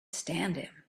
stand